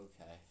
Okay